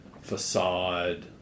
facade